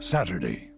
Saturday